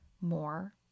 more